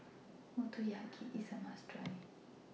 Motoyaki IS A must Try